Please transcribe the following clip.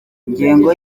ingengo